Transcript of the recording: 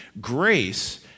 Grace